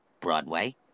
Broadway